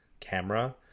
camera